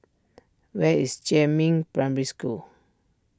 where is Jiemin Primary School